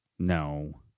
No